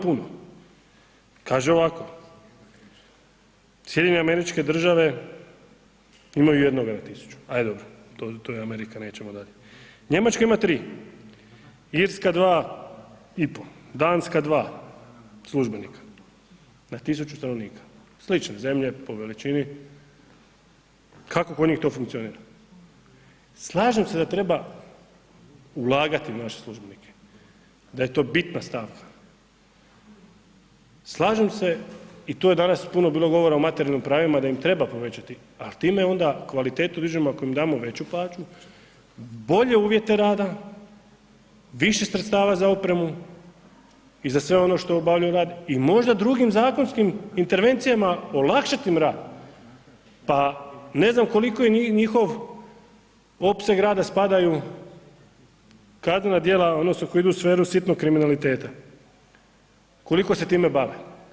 Kaže ovako Sjedinjene Američke Države imaju jednoga na tisuću, ajde dobro, to je Amerika, nećemo dalje, Njemačka ima tri, Irska dva i pol, Danska dva službenika na tisuću stanovnika, slične zemlje po veličini, kako kod njih to funkcionira?, Slažem se da treba ulagati u naše službenike, da je to bitna stavka, slažem se i tu je danas puno bilo govora o materijalnim pravima da im treba povećati, ali time onda kvalitetu dižemo ako im damo veću plaću, bolje uvijete rada, više sredstava za opremu i za sve ono što obavljaju u rad, i možda drugim zakonskim intervencijama olakšat im rad, pa ne znam koliko je njihov opseg rada spadaju kaznena djela odnosno koji idu u sferu sitnog kriminaliteta, koliko se time bave.